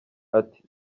ati